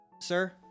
sir